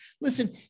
Listen